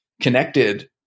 connected